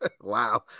Wow